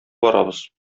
барабыз